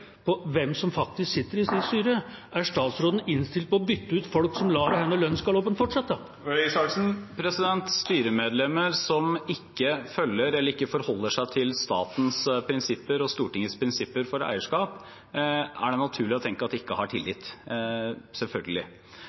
faktisk sitter i styret: Er statsråden innstilt på å bytte ut folk som lar denne lønnsgaloppen fortsette? Styremedlemmer som ikke forholder seg til statens og Stortingets prinsipper for eierskap, er det naturlig å tenke at ikke har tillit – selvfølgelig.